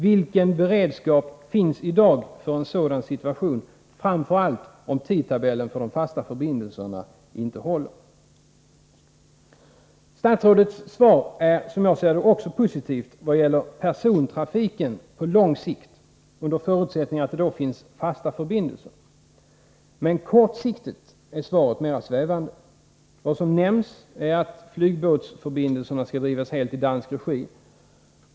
Vilken beredskap finns i dag för en sådan situation, framför allt om tidtabellen för de fasta förbindelserna inte håller? Statsrådets svar är, som jag ser det, också positivt i vad gäller persontrafiken på lång sikt — under förutsättning att det kommer att finnas fasta förbindelser. Svaret är dock mera svävande beträffande konsekvenserna på kort sikt. Det har nämnts att flygbåtsförbindelserna skall drivas helt i dansk regi.